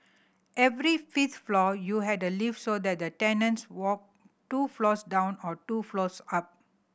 every fifth floor you had a lift so that the tenants walked two floors down or two floors up